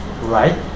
right